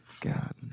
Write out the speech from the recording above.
God